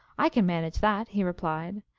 i can manage that, he replied.